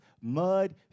mud